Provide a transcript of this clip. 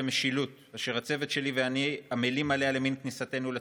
למשילות אשר הצוות שלי ואני עמלים עליה למן כניסתנו לתפקיד.